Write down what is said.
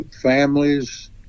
families